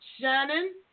Shannon